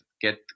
get